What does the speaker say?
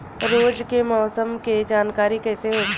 रोज के मौसम के जानकारी कइसे होखि?